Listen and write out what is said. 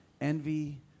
envy